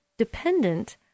Dependent